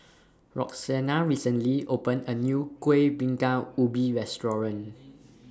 Roxanna recently opened A New Kuih Bingka Ubi Restaurant